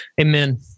Amen